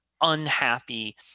unhappy